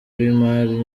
w’imari